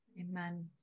Amen